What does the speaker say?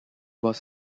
was